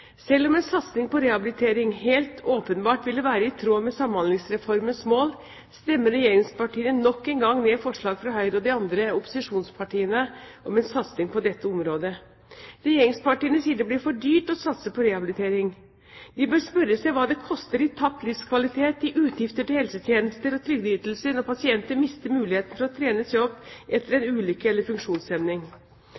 Selv om en satsing på rehabilitering helt åpenbart ville være i tråd med Samhandlingsreformens mål, stemmer regjeringspartiene nok en gang ned forslag fra Høyre og de andre opposisjonspartiene om en satsing på dette området. Regjeringspartiene sier det blir for dyrt å satse på rehabilitering. De bør spørre seg hva det koster i tapt livskvalitet og utgifter til helsetjenester og trygdeytelser når pasienter mister muligheten for å trene seg opp etter en